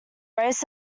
race